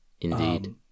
indeed